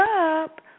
up